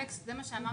אלכס, זה מה שאמרתי.